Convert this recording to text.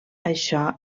això